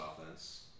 offense